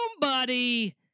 buddy